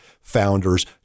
founders